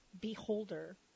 beholder